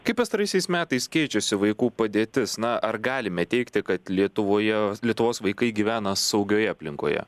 kaip pastaraisiais metais keičiasi vaikų padėtis na ar galime teigti kad lietuvoje lietuvos vaikai gyvena saugioje aplinkoje